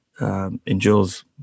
endures